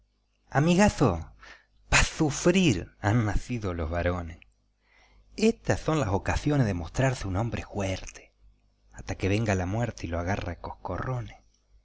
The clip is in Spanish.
amigazo pa sufrir han nacido los varones estas son las ocasiones de mostrarse un hombre juerte hasta que venga la muerte y lo agarre a coscorrones